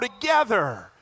together